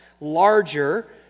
larger